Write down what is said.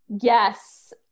Yes